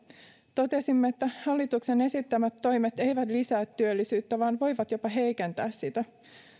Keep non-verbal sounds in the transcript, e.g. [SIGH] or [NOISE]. totesimme että [UNINTELLIGIBLE] hallituksen esittämät toimet eivät lisää työllisyyttä vaan voivat jopa heikentää sitä